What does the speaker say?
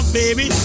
baby